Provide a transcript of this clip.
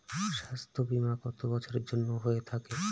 স্বাস্থ্যবীমা কত বছরের জন্য হয়ে থাকে?